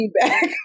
feedback